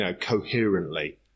coherently